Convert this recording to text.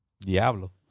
diablo